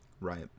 right